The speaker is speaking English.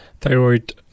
thyroid